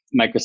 Microsoft